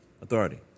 Authority